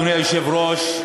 אדוני היושב-ראש,